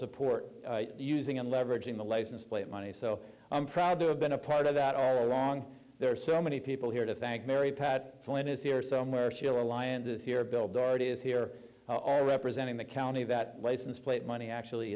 support using and leveraging the license plate money so i'm proud to have been a part of that our long there are so many people here to thank mary pat flynn is here somewhere she alliance's here bill dart is here are representing the county that license plate money actually